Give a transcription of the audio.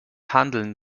handeln